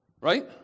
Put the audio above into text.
Right